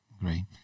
Great